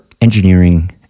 engineering